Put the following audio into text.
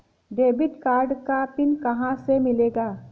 Debit card का pin कहां से मिलेगा?